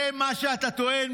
זה מה שאתה טוען?